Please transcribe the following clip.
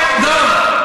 דב.